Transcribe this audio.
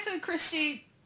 Christie